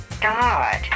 god